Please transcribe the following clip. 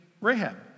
Rahab